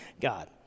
God